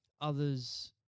others